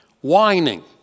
Whining